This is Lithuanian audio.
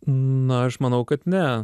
na aš manau kad ne